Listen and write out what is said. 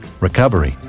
Recovery